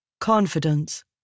confidence